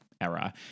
era